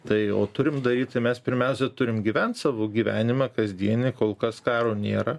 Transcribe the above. tai o turim daryt tai mes pirmiausia turim gyvent savo gyvenimą kasdienį kol kas karo nėra